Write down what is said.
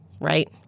right